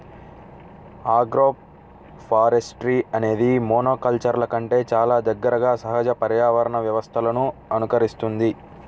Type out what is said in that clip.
agroforestry అనేది మోనోకల్చర్ల కంటే చాలా దగ్గరగా సహజ పర్యావరణ వ్యవస్థలను అనుకరిస్తుంది